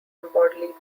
bodily